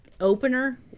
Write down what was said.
opener